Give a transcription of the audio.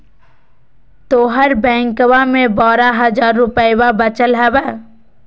तोहर बैंकवा मे बारह हज़ार रूपयवा वचल हवब